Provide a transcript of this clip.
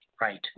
right